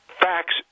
facts